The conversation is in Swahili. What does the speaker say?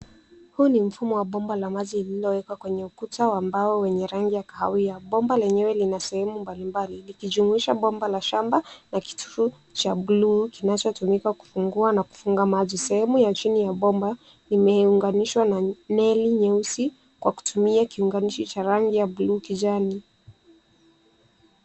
Huu ni mfumo wa bomba la maji lililowekwa kwenye ukuta wa mbao wenye rangi ya kahawia. Bomba lenyewe lina sehemu mbalimbali, likijumuisha bomba la shamba la kitufuu cha blue kinachotumika kufungua na kufunga maji. Sehemu ya chini ya bomba, imeunganishwa na neli nyeusi, kwa kutumia kiunganishi cha rangi ya blue kijani.